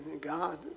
God